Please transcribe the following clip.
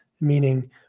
meaning